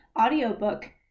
audiobook